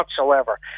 whatsoever